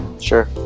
Sure